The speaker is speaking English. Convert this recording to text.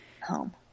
home